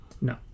No